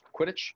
Quidditch